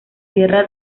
sierra